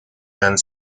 and